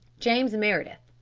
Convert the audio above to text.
james meredith,